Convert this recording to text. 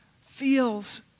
feels